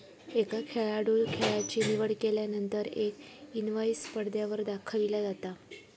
एका खेळाडूं खेळाची निवड केल्यानंतर एक इनवाईस पडद्यावर दाखविला जाता